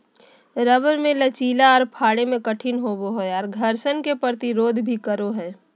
rubber मे लचीला आर फाड़े मे कठिन होवो हय आर घर्षण के प्रतिरोध भी करो हय